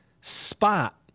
spot